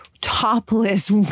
topless